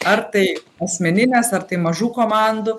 ar tai asmeninės ar tai mažų komandų